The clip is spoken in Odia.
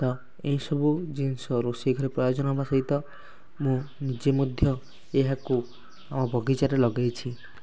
ତ ଏଇ ସବୁ ଜିନିଷ ରୋଷେଇ ଘରେ ପ୍ରୟୋଜନ ହେବା ସହିତ ମୁଁ ନିଜେ ମଧ୍ୟ ଏହାକୁ ଆମ ବଗିଚାରେ ଲଗାଇଛି